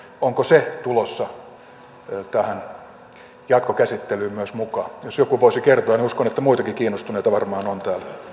onko myös se tulossa tähän jatkokäsittelyyn mukaan jos joku voisi kertoa niin uskon että muitakin kiinnostuneita varmaan on